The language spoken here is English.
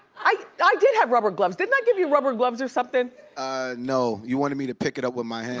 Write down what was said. i i did have rubber gloves. didn't i give you rubber gloves or something? ah no, you wanted me to pick it up with my